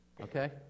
okay